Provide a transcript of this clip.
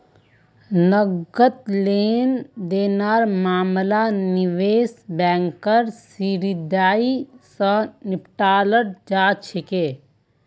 नकद लेन देनेर मामला निवेश बैंकेर जरियई, स निपटाल जा छेक